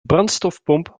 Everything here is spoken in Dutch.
brandstofpomp